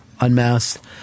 unmasked